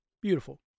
Beautiful